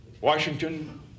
Washington